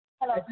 Hello